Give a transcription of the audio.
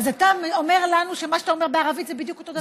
אז אתה אומר לנו שמה שאתה אומר בערבית זה בדיוק אותו הדבר?